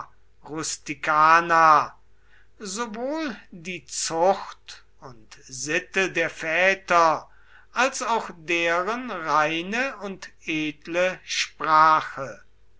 sowohl die zucht und sitte der väter als auch deren reine und edle sprache